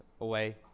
away